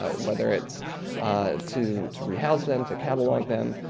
ah whether it's to to rehouse them, to catalogue them,